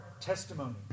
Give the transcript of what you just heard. testimony